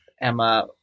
Emma